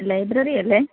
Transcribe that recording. ലൈബ്രറിയല്ലേ